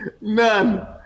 None